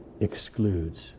excludes